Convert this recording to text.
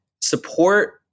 Support